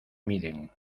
miden